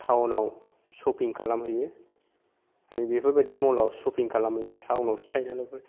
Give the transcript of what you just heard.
टाउनाव शपिं खालामहैयो माने बेफोरबादि मलाव शपिं खालामहैयो टाउनावसो थायो नालाय